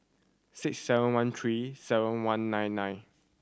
six seven one three seven one nine nine